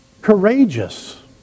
courageous